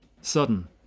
Sudden